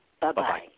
bye-bye